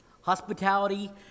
Hospitality